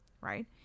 right